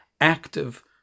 active